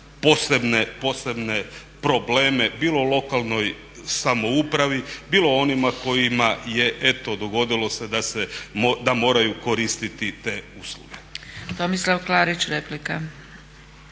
posebne probleme bilo lokalnoj samoupravi, bilo onima kojima je eto dogodilo se da moraju koristiti te usluge. **Zgrebec, Dragica